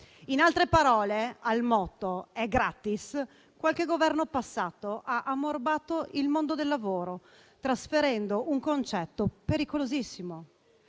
In altre parole, al motto «è gratis» qualche Governo passato ha ammorbato il mondo del lavoro, trasferendo un concetto pericolosissimo